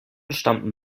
stammten